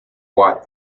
wife